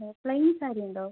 ആ പ്ലെയിൻ സാരി ഉണ്ടോ